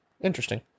Interesting